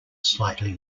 slightly